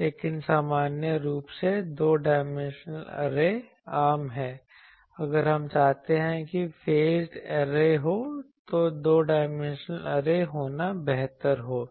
लेकिन सामान्य रूप से दो डायमेंशनल ऐरे आम हैं अगर हम चाहते हैं कि फेजड ऐरे हो तो दो डायमेंशनल ऐरे होना बेहतर हो